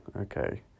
Okay